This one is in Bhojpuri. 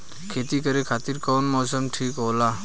खेती करे खातिर कौन मौसम ठीक होला?